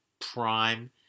prime